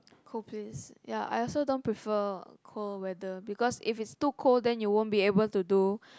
cold place ya I also don't prefer cold weather because if it's too cold then you won't be able to do